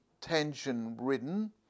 tension-ridden